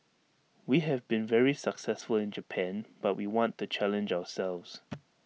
we have been very successful in Japan but we want to challenge ourselves